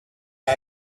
the